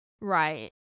right